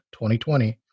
2020